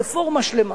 רפורמה שלמה.